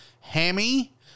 hammy